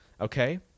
Okay